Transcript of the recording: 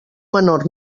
menor